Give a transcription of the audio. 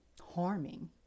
harming